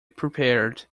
prepared